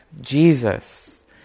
Jesus